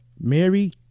Mary